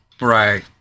Right